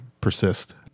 persist